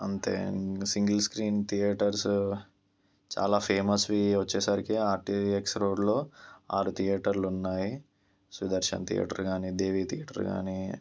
అంతే ఇంకా single screen theatres చాలా ఫేమస్వి వచ్చేసరికి ఆర్టిఎక్స్ రోడ్లో ఆరు థియేటర్లు ఉన్నాయి సుదర్శన్ థియేటర్ కాని దేవి థియేటర్ కాని